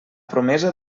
promesa